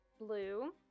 blue